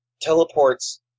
Teleports